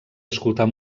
escoltar